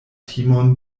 timon